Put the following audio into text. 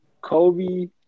Kobe